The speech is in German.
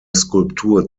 skulptur